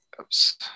Oops